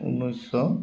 ঊনৈছশ